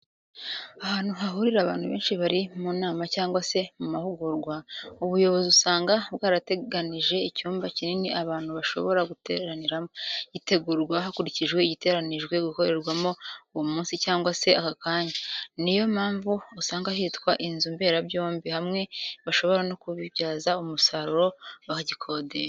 Ahantu hahurira abantu benshi bari mu nama cyangwa se mu mahugurwa, ubuyobozi usanga bwarateganije icyumba kinini abantu bashobora guteraniramo. Gitegurwa hakurikijwe igiteganijwe gukorerwamo uwo munsi cyangwa se ako kanya. Ni yo mpamvu asanga hitwa inzu mbera byombi. Hamwe bashobora no kukibyaza umusaruro bagikodesha.